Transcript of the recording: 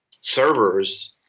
servers